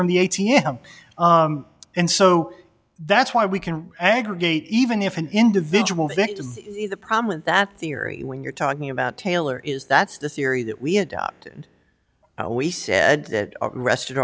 from the a t m and so that's why we can aggregate even if an individual then the problem with that theory when you're talking about taylor is that's the theory that we adopted we said that rested